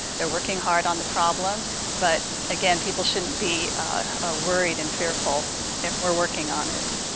they're working hard on the problem but again, people shouldn't be ah worried and fearful if we're working on it.